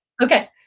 Okay